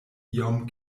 iom